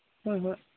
ꯍꯣꯏ ꯍꯣꯏ